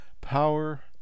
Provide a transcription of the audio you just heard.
power